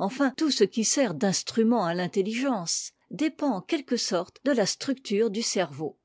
enfin tout ce qui sert d'instrument àfintehigence dépend en quelque sorte de la structure du cerveau